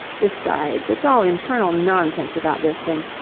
besides, it's all infernal nonsense about this thing.